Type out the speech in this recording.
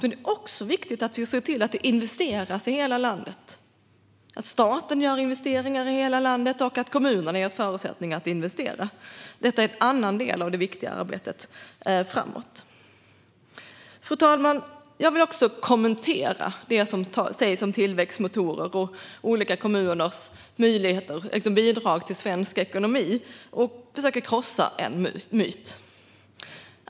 Men det också viktigt att vi ser till att det investeras i hela landet, att staten investerar i hela landet och att kommunerna ges förutsättningar att investera. Det är en annan del av det viktiga arbetet. Fru talman! Låt mig kommentera det som sägs om tillväxtmotorer och olika kommuners bidrag till svensk ekonomi. Jag ska också försöka krossa en myt.